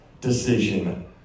decision